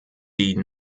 die